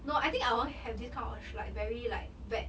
no I think I won't have this kind of like very like bad